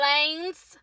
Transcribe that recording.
Lanes